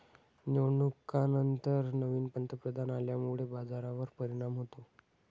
निवडणुकांनंतर नवीन पंतप्रधान आल्यामुळे बाजारावर परिणाम होतो